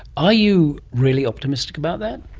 are you really optimistic about that?